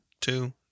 two